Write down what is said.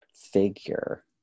figure